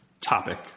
topic